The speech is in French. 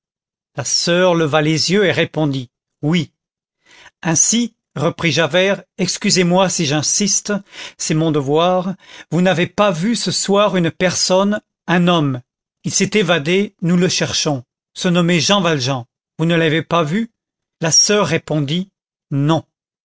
la soeur leva les yeux et répondit oui ainsi reprit javert excusez-moi si j'insiste c'est mon devoir vous n'avez pas vu ce soir une personne un homme il s'est évadé nous le cherchons ce nommé jean valjean vous ne l'avez pas vu la soeur répondit non